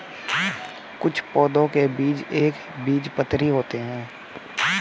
कुछ पौधों के बीज एक बीजपत्री होते है